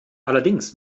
allerdings